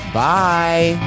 bye